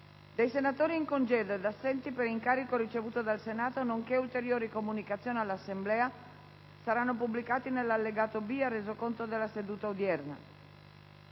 dei senatori in congedo e assenti per incarico ricevuto dal Senato, nonché ulteriori comunicazioni all'Assemblea saranno pubblicati nell'allegato B al Resoconto della seduta odierna.